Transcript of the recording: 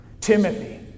Timothy